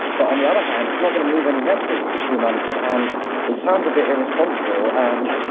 but on the other hand, it's not going to move any metrics for two months. and it sounds a bit irresponsible. and